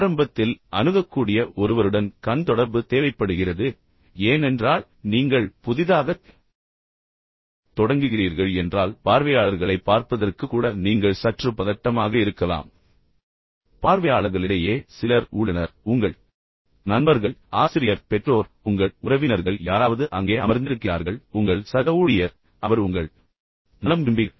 ஆரம்பத்தில் அணுகக்கூடிய ஒருவருடன் கண் தொடர்பு தேவைப்படுகிறது ஏனென்றால் நீங்கள் புதிதாகத் தொடங்குகிறீர்கள் என்றால் பார்வையாளர்களைப் பார்ப்பதற்கு கூட நீங்கள் சற்று பதட்டமாக இருக்கலாம் ஆனால் பார்வையாளர்களிடையே சிலர் உள்ளனர் உங்கள் நண்பர்கள் உங்கள் ஆசிரியர் உங்கள் பெற்றோர் உங்கள் உறவினர்கள் யாராவது அங்கே அமர்ந்திருக்கிறார்கள் உங்கள் சக ஊழியர் அவர் உங்கள் நலம் விரும்பிகள்